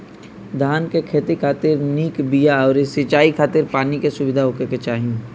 धान के खेती खातिर निक बिया अउरी सिंचाई खातिर पानी के सुविधा होखे के चाही